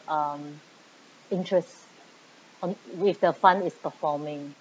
um interest on with the fund is performing